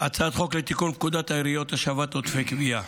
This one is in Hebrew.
הצעת חוק לתיקון פקודת העיריות (השבת עודפי גבייה)